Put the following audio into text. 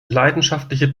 leidenschaftliche